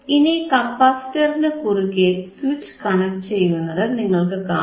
ഇനി കപ്പാസിറ്ററിനു കുറുകെ സ്വിച്ച് കണക്ട് ചെയ്യുന്നതു നിങ്ങൾക്കു കാണാം